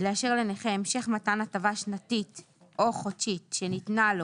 לאשר לנכה המשך מתן הטבה שנתית או חודשית שניתנה לו